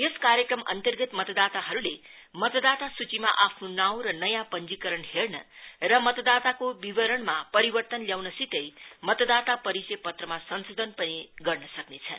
यस कार्यक्रमअन्तर्गत मतदाताहरुले मतदाता सूचुमा आफ्नो नाँउ र नयाँ पंजीकरण हेर्न मतदाताको विवरणमा परिवर्तन ल्याउनसितै मतदाता परिचयपत्रमा संशोधन पनि गर्ने सक्नेछन्